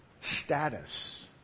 status